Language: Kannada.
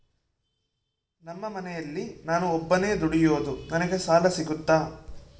ನಮ್ಮ ಮನೆಯಲ್ಲಿ ನಾನು ಒಬ್ಬನೇ ದುಡಿಯೋದು ನನಗೆ ಸಾಲ ಸಿಗುತ್ತಾ?